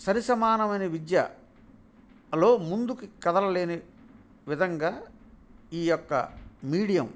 సరి సమానమైన విద్యలో ముందుకి కదలలేని విధంగా ఈయొక్క మీడియం